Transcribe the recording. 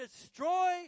destroy